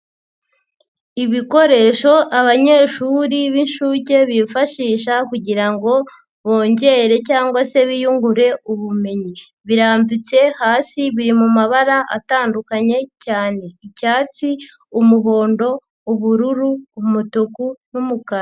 Ibikoresho abanyeshuri b'inshuke bifashisha kugira ngo bongere cyangwa se biyungure ubumenyi. Birambitse hasi, biri mu mabara atandukanye cyane, icyatsi, umuhondo, ubururu, umutuku n'umukara.